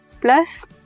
plus